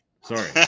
Sorry